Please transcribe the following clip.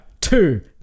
two